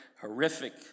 horrific